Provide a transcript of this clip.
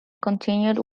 continued